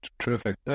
Terrific